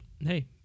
hey